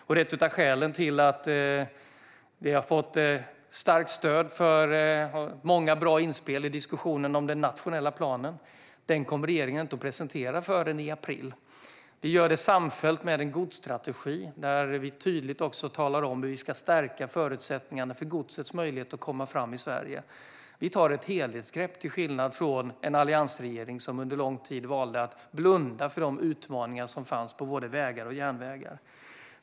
Det är ett av skälen till att vi har fått starkt stöd för många bra inspel i diskussionen om den nationella planen, som regeringen inte kommer att presentera förrän i april. Vi gör det samfällt med en godsstrategi där vi tydligt talar om hur vi ska stärka förutsättningarna för godsets möjlighet att komma fram i Sverige. Vi tar ett helhetsgrepp, till skillnad från alliansregeringen, som under lång tid valde att blunda för de utmaningar som fanns på både vägar och järnvägar.